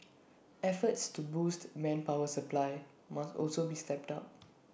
efforts to boost manpower supply must also be stepped up